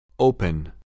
Open